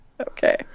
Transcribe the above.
Okay